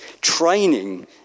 Training